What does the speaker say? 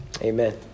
Amen